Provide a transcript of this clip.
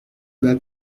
bas